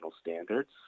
standards